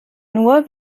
nur